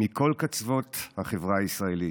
מכל קצוות החברה הישראלית.